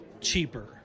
cheaper